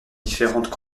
différentes